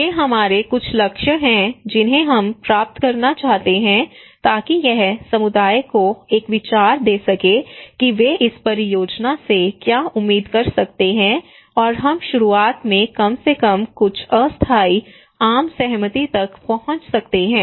ये हमारे कुछ लक्ष्य हैं जिन्हें हम प्राप्त करना चाहते हैं ताकि यह समुदाय को एक विचार दे सके कि वे इस परियोजना से क्या उम्मीद कर सकते हैं और हम शुरुआत में कम से कम कुछ अस्थायी आम सहमति तक पहुंच सकते हैं